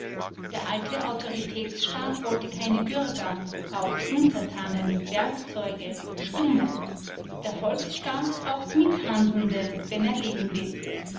der alte autoritätsstaat wollte keine bürger brauchte untertanen werkzeuge stumme der volksstaat braucht mithandelnde wenn er leben will